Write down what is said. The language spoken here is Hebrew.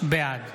בעד